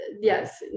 yes